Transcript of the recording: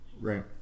Right